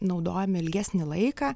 naudojami ilgesnį laiką